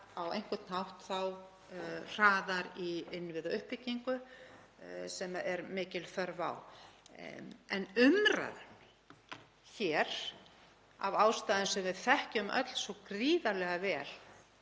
á einhvern hátt hraðar í innviðauppbyggingu sem mikil þörf er á. En umræðan hér, af ástæðum sem við þekkjum öll svo gríðarlega vel,